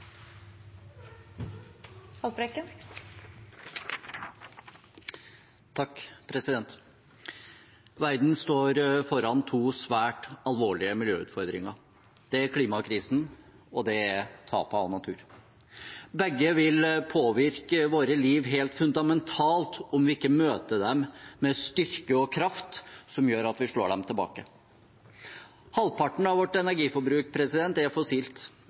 klimakrisen, og det er tapet av natur. Begge vil påvirke livet vårt helt fundamentalt om vi ikke møter dem med styrke og kraft som gjør at vi slår dem tilbake. Halvparten av vårt energiforbruk er fossilt.